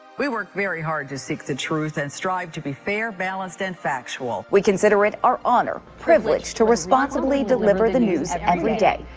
we work very hard to seek the truth and strive to be fair, balanced and factual. we consider it our honor, privilege to responsibly deliver the news every day.